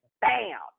Bam